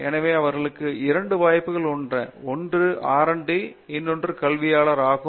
எனவே அவர்களுக்கு இரண்டு வாய்ப்புகள் உள்ளன ஒன்று RD இனொன்று கல்வியாளர் ஆகும்